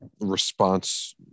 response